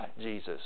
Jesus